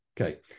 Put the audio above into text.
Okay